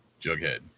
Jughead